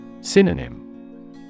Synonym